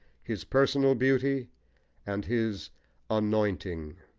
his personal beauty and his anointing.